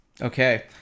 Okay